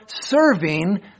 serving